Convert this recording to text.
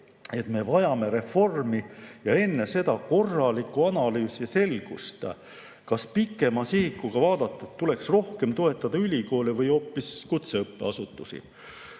et me vajame reformi ning enne seda korralikku analüüsi ja selgust, kas pikema sihikuga vaadates tuleks rohkem toetada ülikoole või hoopis kutseõppeasutusi.